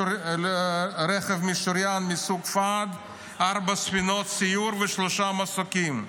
רכבים משוריינים מסוג --- ארבע ספינות סיור ושלושה מסוקים.